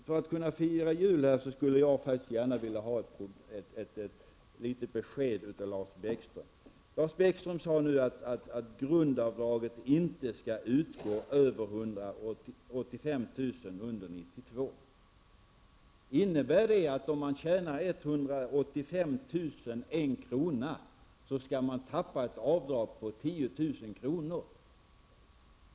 För att kunna fira jul skulle jag faktiskt gärna vilja ha ett besked av Lars Bäckström. Han sade att grundavdraget inte skall utgå för inkomster över 185 000 under 1992. Innebär det att om man tjänar 185 001 kr., så skall man gå miste om ett avdrag på 10 000 kr.?